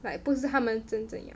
like 不是他们真正的